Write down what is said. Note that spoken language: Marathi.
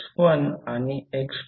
015 अँगल 113